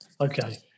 Okay